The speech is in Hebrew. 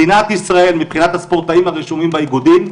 מדינת ישראל, מבחינת הספורטאים הרשומים באיגודים,